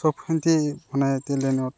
খুব শান্তি মানে ট্ৰেইল ৰানিঙত